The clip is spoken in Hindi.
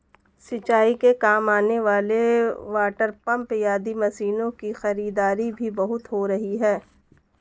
सिंचाई के काम आने वाले वाटरपम्प आदि मशीनों की खरीदारी भी बहुत हो रही है